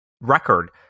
record